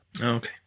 Okay